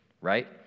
right